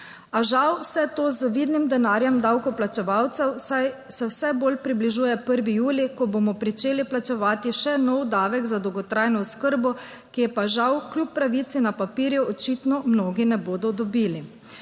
A žal vse to z vidnim denarjem davkoplačevalcev, saj se vse bolj približuje 1. julij, ko bomo pričeli plačevati še nov davek za dolgotrajno oskrbo, ki je pa žal kljub pravici na papirju očitno mnogi ne bodo dobili.